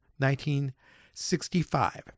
1965